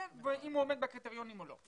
כן, ואז בודקים אם הוא עומד בקריטריונים או לא.